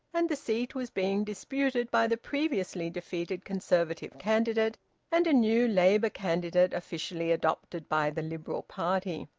and the seat was being disputed by the previously defeated conservative candidate and a new labour candidate officially adopted by the liberal party.